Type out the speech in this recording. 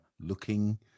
looking